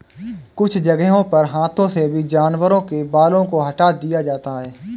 कुछ जगहों पर हाथों से भी जानवरों के बालों को हटा दिया जाता है